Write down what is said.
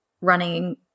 running